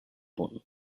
punt